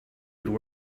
would